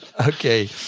Okay